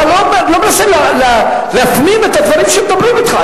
אתה לא מנסה להפנים את הדברים שמדברים אתך.